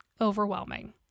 Overwhelming